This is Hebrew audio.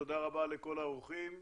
תודה רבה לכל האורחים,